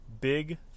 big